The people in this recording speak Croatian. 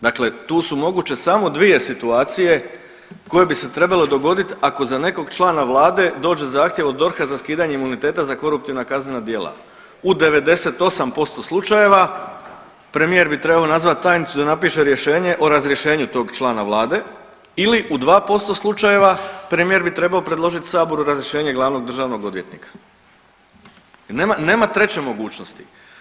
Dakle, tu su moguće samo dvije situacija koje bi se trebale dogodit ako za nekog člana vlade dođe zahtjev od DORH-a za skidanje imuniteta za koruptivna kaznena djela u 98% slučajeva premijer bi trebao nazvat tajnicu da napiše rješenje o razrješenju tog člana vlada ili u 2% slučajeva premijer bi trebao predložiti saboru razrješenje glavnog državnog odvjetnika i nema treće mogućnosti.